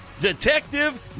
Detective